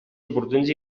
oportuns